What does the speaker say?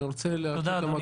אני רוצה לתת למועצות האזוריות.